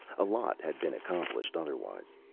a lot had been accomplished, otherwise.